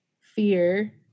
fear